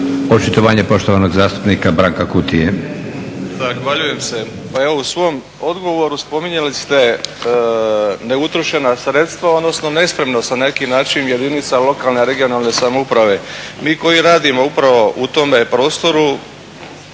Očitovanje poštovanog zastupnika Branka Kutije. **Kutija, Branko (HDZ)** Zahvaljujem se. Pa evo u svom odgovoru spominjali ste neutrošena sredstva, odnosno nespremnost na neki način jedinica lokalne i regionalne samouprave. Mi koji radimo upravo u tome prostoru